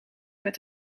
met